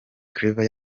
claver